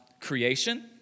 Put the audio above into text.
creation